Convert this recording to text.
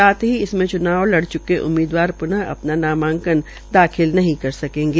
साथ ही इनमे चुनाव लड़ चुके उम्मीदवार पुन अपना नामांकन दाखिल नहीं करे सकेंगे